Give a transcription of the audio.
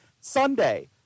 Sunday